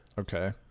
Okay